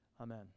Amen